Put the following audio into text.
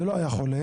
ולא היה חולה?